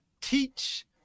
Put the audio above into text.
teach